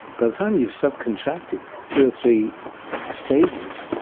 by the time you subcontracted two three stages,